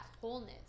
wholeness